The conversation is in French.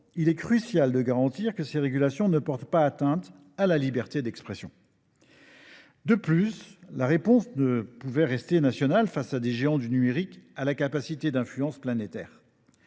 il est crucial de garantir que ces régulations ne portent pas atteinte à la liberté d’expression. De plus, la réponse ne pouvait rester nationale face à des géants du numérique à la capacité d’influence planétaire.